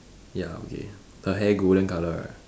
ya okay her hair golden colour right